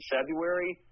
February